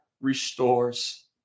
restores